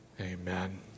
Amen